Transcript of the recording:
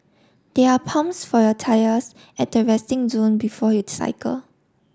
there are pumps for your tyres at the resting zone before you cycle